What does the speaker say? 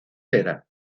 vera